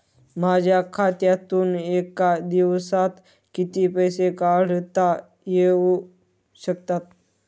माझ्या खात्यातून एका दिवसात किती पैसे काढता येऊ शकतात?